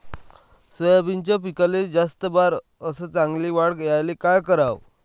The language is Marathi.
सोयाबीनच्या पिकाले जास्त बार अस चांगल्या वाढ यायले का कराव?